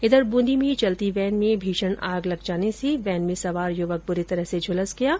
उधर बूंदी में चलती वेन में भीषण आग लग जाने से वेन में सवार युवक बूरी तरह से झुलस गया है